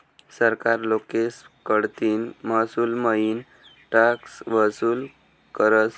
सरकार लोकेस कडतीन महसूलमईन टॅक्स वसूल करस